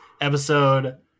episode